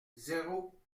zéro